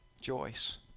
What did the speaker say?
Joyce